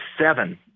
seven